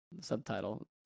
subtitle